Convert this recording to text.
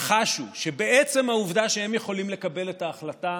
חשו שבעצם העובדה שהם יכולים לקבל את ההחלטה